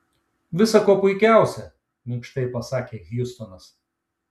visa kuo puikiausia minkštai pasakė hjustonas